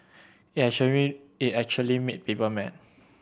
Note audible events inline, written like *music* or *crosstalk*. it *unintelligible* it actually made people mad